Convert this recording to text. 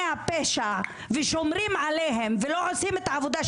הפשע ושומרים עליהם ולא עושים את העבודה,